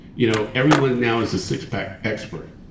you know everyone now is a six pack expert.